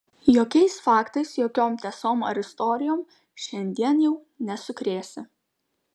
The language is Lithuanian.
jokiais faktais jokiom tiesom ar istorijom šiandien jau nesukrėsi